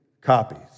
copies